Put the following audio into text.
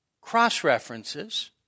cross-references